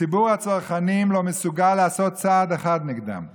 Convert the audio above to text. ציבור הצרכנים לא יכול לעשות צעד אחד נגדם.